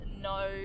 no